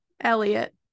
Elliot